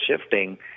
shifting